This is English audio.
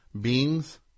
beings